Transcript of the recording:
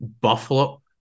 Buffalo